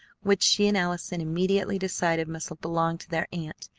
which she and allison immediately decided must belong to their aunt,